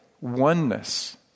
oneness